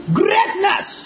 greatness